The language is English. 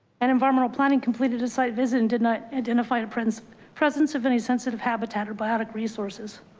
and environmental planning completed a site visit and did not identify the prince presence of any sensitive habitat or biotic resources.